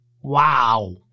Wow